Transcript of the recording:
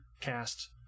cast